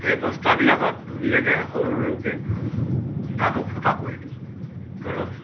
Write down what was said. সেই বস্তাবিলাকত ধুনীয়াকৈ সৰু সৰুকৈ তাতো ফুটা কৰি দিওঁ তলত